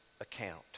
account